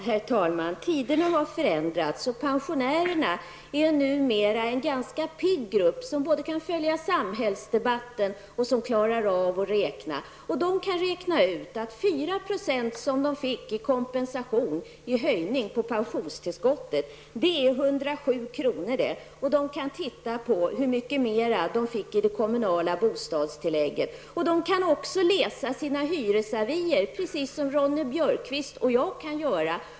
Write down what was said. Herr talman! Tiderna har förändrats och pensionärerna är numera en ganska pigg grupp, som både kan följa samhällsdebatten och klara av att räkna. De kan räkna ut att 4 %, som de fick i kompensation vid höjningen av pensionstillskottet, är 107 kr. Det kan titta på hur mycket mer de fick i det kommunala bostadstillägget. De kan också läsa sina hyresavier, precis som Ingrid Ronne Björkqvist och jag kan göra.